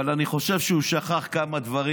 אבל אני חושב שהוא שכח עוד כמה דברים,